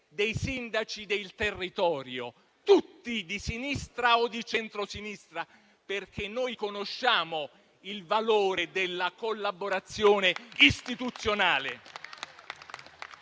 dei sindaci del territorio, tutti, di sinistra o di centrosinistra, perché noi conosciamo il valore della collaborazione istituzionale.